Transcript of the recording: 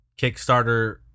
Kickstarter